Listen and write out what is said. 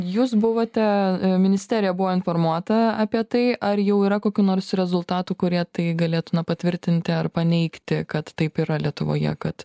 jūs buvote ministerija buvo informuota apie tai ar jau yra kokių nors rezultatų kurie tai galėtų na patvirtinti ar paneigti kad taip yra lietuvoje kad